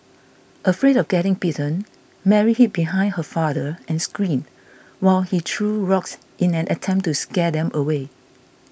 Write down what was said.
afraid of getting bitten Mary hid behind her father and screamed while he threw rocks in an attempt to scare them away